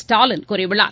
ஸ்டாலின் கூறியுள்ளார்